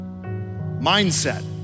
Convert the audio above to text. Mindset